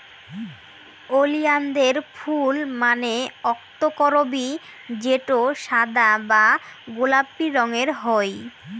ওলিয়ানদের ফুল মানে অক্তকরবী যেটো সাদা বা গোলাপি রঙের হই